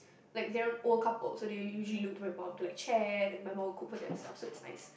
like they are an old couple so they usually look to my mum to like chat and my mum will cook for them stuff so it's nice